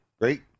Great